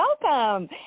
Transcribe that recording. welcome